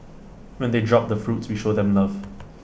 when they drop the fruits we show them love